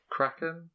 Kraken